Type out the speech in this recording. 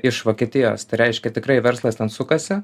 iš vokietijos tai reiškia tikrai verslas ten sukasi